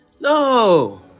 No